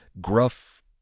gruff